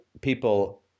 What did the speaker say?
people